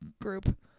group